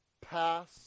pass